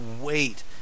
wait